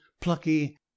plucky